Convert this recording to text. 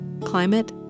Climate